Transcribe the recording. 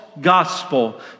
gospel